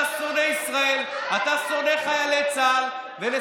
אתה שונא ישראל, אתה שונא חיילי צה"ל.